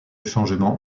changements